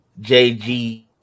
JG